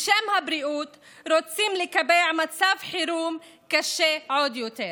בשם הבריאות רוצים לקבע מצב חירום קשה עוד יותר.